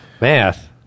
Math